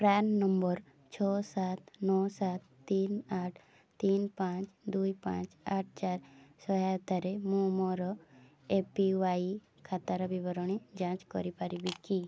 PRAN number ଛଅ ସାତ ନଅ ସାତ ତିନି ଆଠ ତିନି ପାଞ୍ଚ ଦୁଇ ପାଞ୍ଚ ଆଠ ଚାରି ସହାୟତାରେ ମୁଁ ମୋର ଏ ପି ୱାଇ ଖାତାର ବିବରଣୀ ଯାଞ୍ଚ କରିପାରିବି କି